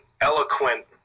eloquent